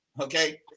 Okay